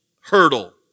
hurdle